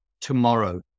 tomorrow